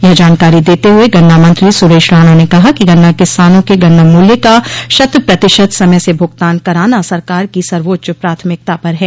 यह जानकारी देते हुए गन्ना मंत्री सुरेश राणा ने कहा कि गन्ना किसानों के गन्ना मूल्य का शत प्रतिशत समय से भुगतान कराना सरकार की सर्वोच्च प्राथमिकता पर है